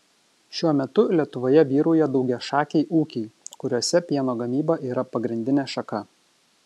šiuo metu lietuvoje vyrauja daugiašakiai ūkiai kuriuose pieno gamyba yra pagrindinė šaka